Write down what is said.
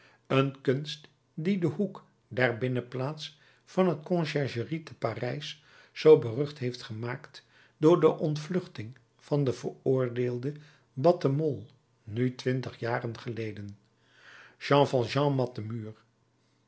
een kunst die den hoek der binnenplaats van de conciergerie te parijs zoo berucht heeft gemaakt door de ontvluchting van den veroordeelde battemolle nu twintig jaren geleden jean valjean mat den muur